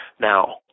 Now